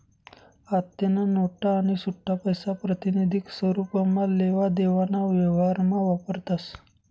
आत्तेन्या नोटा आणि सुट्टापैसा प्रातिनिधिक स्वरुपमा लेवा देवाना व्यवहारमा वापरतस